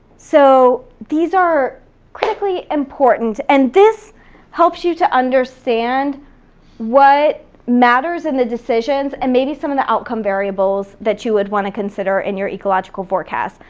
so these are critically important, and this helps you to understand what matters in the decisions and maybe some of the outcome variables that you would wanna consider in your ecological forecast.